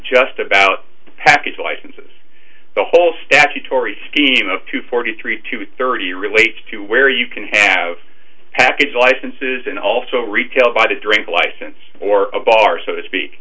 just about packets licenses the whole statutory scheme of two forty three to thirty relates to where you can have active licenses and also retail by the drink license or a bar so to speak